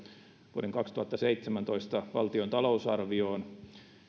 vuoden kaksituhattaseitsemäntoista valtion talousarvioon